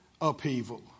upheaval